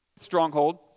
stronghold